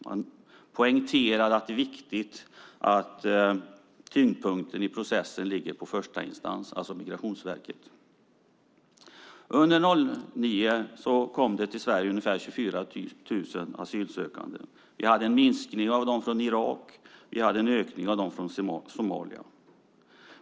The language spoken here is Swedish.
Man poängterar att det är viktigt att tyngdpunkten i processen ligger på första instans, Migrationsverket. Under år 2009 kom till Sverige ungefär 24 000 asylsökande. Det var en minskning av dem som kom från Irak och en ökning av dem som kom från Somalia.